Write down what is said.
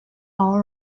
all